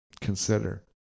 consider